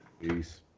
Peace